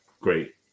great